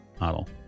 model